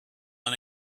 and